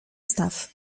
staw